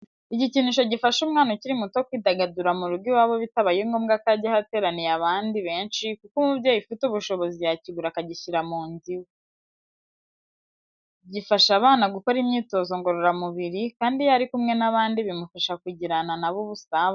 Igikinisho gifasha umwana ukuri muto kwidagadura mu rugo iwabo bitabaye ngombwa ko ajya ahateraniye abandi benshi kuko umubyeyi ufite ubushobozi yakigura akagishyira mu nzu iwe. Gifaha abana gukora imyitozo ngororamubiri, kandi iyo ari kumwe n'abandi bimufasha kugirana nabo ubusabane.